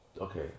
okay